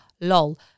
lol